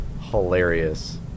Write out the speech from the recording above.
hilarious